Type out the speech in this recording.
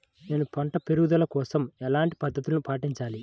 నేను పంట పెరుగుదల కోసం ఎలాంటి పద్దతులను పాటించాలి?